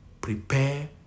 prepare